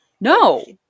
No